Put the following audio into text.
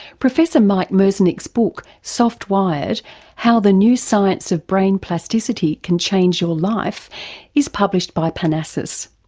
professor michael merzenich's book soft-wired how the new science of brain plasticity can change your life is published by parnassus.